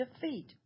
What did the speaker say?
defeat